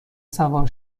سوار